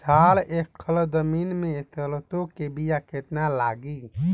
चार एकड़ जमीन में सरसों के बीया कितना लागी?